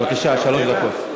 בבקשה, שלוש דקות.